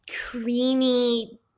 creamy